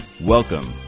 Welcome